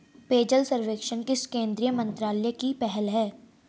पेयजल सर्वेक्षण किस केंद्रीय मंत्रालय की पहल है?